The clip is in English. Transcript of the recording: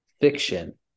fiction